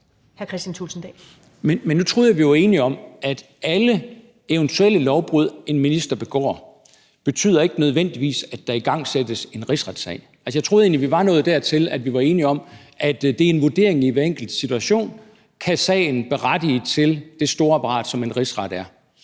Men nu troede jeg, at vi var enige om, at alle eventuelle lovbrud, en minister begår, ikke nødvendigvis betyder, at der igangsættes en rigsretssag. Jeg troede egentlig, vi var nået dertil, at vi var enige om, at det er en vurdering i hver enkelt situation: Kan sagen berettige til det store apparat, som en rigsret er?